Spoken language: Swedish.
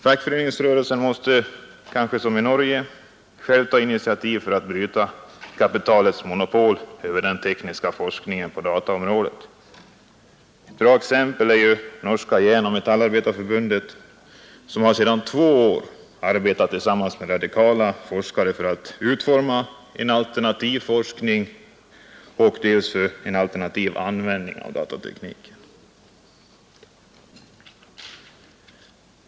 Fackföreningsrörelsen måste kanske som i Norge själv ta initiativ för att bryta kapitalets monopol över den tekniska forskningen på dataområdet. Ett bra exempel är det norska järnoch metallarbetarförbundet, som sedan två år har arbetat tillsammans med radikala forskare för att utforma en alternativ forskning och en alternativ användning av datatekniken.